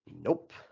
Nope